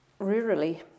rurally